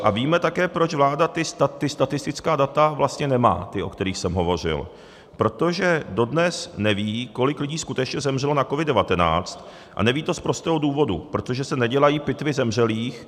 A víme také, proč vláda ta statistická data vlastně nemá, ta, o kterých jsem hovořil, protože dodnes neví, kolik lidí skutečně zemřelo na COVID19, a neví to z prostého důvodu, protože se nedělají pitvy zemřelých.